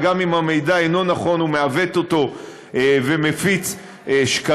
וגם אם המידע אינו נכון הוא מעוות אותו ומפיץ שקרים.